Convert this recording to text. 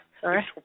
sorry